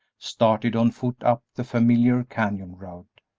started on foot up the familiar canyon road.